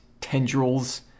tendrils